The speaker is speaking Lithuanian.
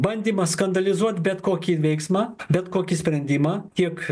bandymas skandalizuot bet kokį veiksmą bet kokį sprendimą tiek